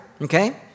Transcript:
okay